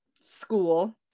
school